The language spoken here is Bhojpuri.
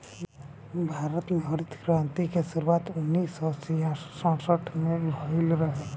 भारत में हरित क्रांति के शुरुआत उन्नीस सौ छियासठ सड़सठ में भइल रहे